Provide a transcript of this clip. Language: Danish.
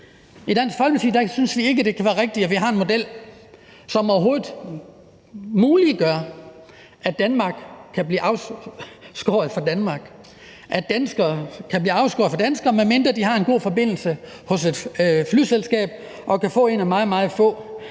I Dansk Folkeparti synes vi ikke, det kan være rigtigt, at vi har en model, som overhovedet muliggør, at Danmark kan blive afskåret fra Danmark, at danskere kan blive afskåret fra danskere, med mindre de har en god forbindelse via et flyselskab og kan få en af meget, meget få